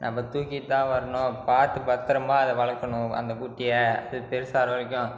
நம்ம தூக்கிட்டு தான் வரணும் பார்த்து பத்திரமா அதை வளர்க்கணும் அந்த குட்டியை அது பெருசாகிற வரைக்கும்